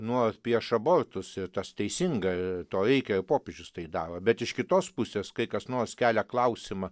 nuo prieš abortus ir tas teisinga to reikia popiežius tai daro bet iš kitos pusės kai kas nors kelia klausimą